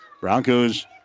Broncos